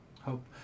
Hope